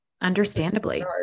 understandably